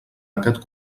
aquest